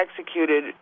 executed